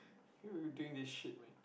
can't believe we doing this shit man